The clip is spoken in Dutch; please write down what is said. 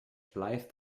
blijft